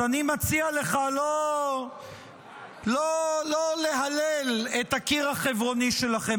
אז אני מציע לך לא להלל את הקיר החברוני שלכם.